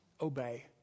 obey